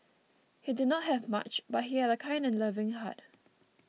he did not have much but he had a kind and loving heart